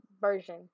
version